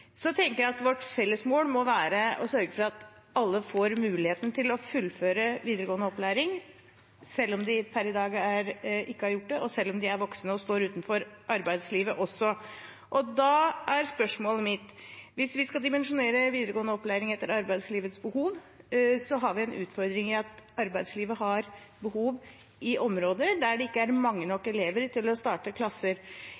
Så tenker jeg at vårt felles mål må være å sørge for at alle får muligheten til å fullføre videregående opplæring selv om de per i dag ikke har gjort det, og selv om de er voksne og står utenfor arbeidslivet. Hvis man skal dimensjonere videregående opplæring etter arbeidslivets behov, har man en utfordring i at arbeidslivet har behov i områder der det ikke er mange